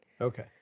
Okay